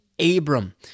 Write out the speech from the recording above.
Abram